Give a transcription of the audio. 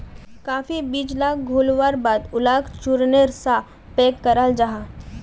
काफी बीज लाक घोल्वार बाद उलाक चुर्नेर सा पैक कराल जाहा